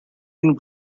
been